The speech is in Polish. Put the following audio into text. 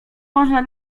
można